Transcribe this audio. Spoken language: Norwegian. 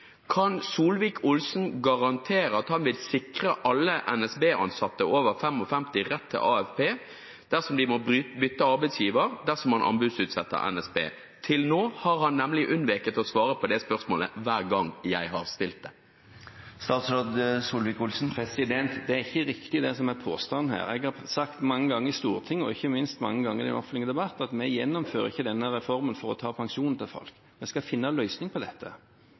Kan Solvik-Olsen garantere at han vil sikre alle NSB-ansatte over 55 år rett til AFP dersom de må bytte arbeidsgiver, dersom man anbudsutsetter NSB? Til nå har han nemlig unnveket å svare på det spørsmålet hver gang jeg har stilt det. Det er ikke riktig, det som er påstanden her. Jeg har sagt mange ganger i Stortinget, og ikke minst mange ganger i den offentlige debatten, at vi gjennomfører ikke denne reformen for å ta pensjonen til folk. Vi skal finne en løsning på dette.